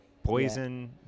Poison